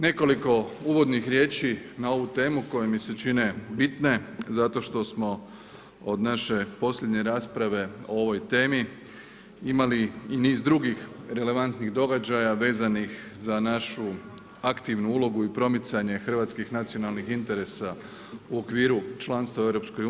Nekoliko uvodnih riječi na ovu temu, koje mi se čine bitne, zato što smo od naše posljednje rasprave o ovoj temi imali i niz drugih relevantnih događaja vezanih za našu aktivnu ulogu i promicanje hrvatskih nacionalnih interesa u oviru članstva u EU.